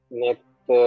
next